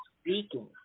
speaking